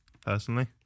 personally